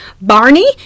Barney